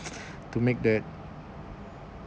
to make that